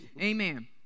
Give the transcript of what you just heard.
Amen